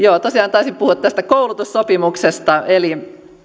taisin puhua koulutussopimuksesta eli